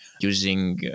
using